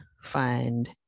Find